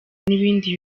n’ibindi